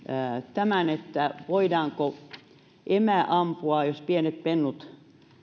tämän että voidaanko emä ampua jos pienet pennut